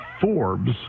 Forbes